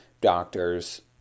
doctors